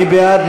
מי בעד?